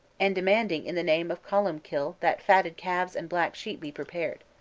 and demanding in the name of columb kill that fatted calves and black sheep be prepared.